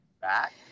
back